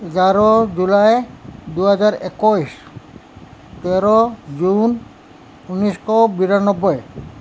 এঘাৰ জুলাই দুহেজাৰ একৈছ তেৰ জুন ঊনৈছশ বিৰান্নবৈ